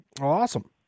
Awesome